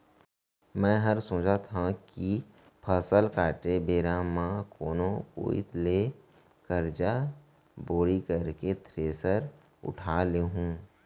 मैं हर सोचत हँव कि फसल काटे बेरा म कोनो कोइत ले करजा बोड़ी करके थेरेसर उठा लेहूँ